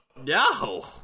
no